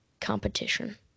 competition